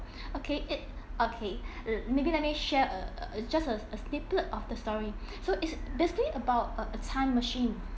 okay it okay maybe let me share uh just a a snippet of the story so it's basically about a a time machine